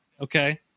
okay